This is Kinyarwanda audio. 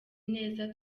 neza